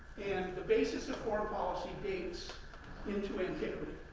and the basis of foreign policy dates into antiquity.